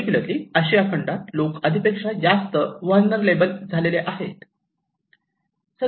particularly आशिया खंडात लोक आधीपेक्षा जास्त व्हलनेरलॅबल झाले आहेत